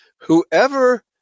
whoever